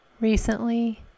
recently